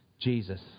jesus